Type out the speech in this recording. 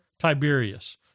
Tiberius